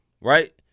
right